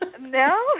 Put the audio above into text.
No